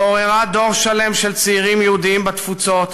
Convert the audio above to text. ועוררה דור שלם של צעירים יהודים בתפוצות